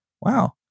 Wow